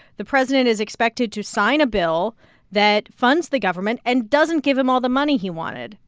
the president is expected to sign a bill that funds the government and doesn't give him all the money he wanted.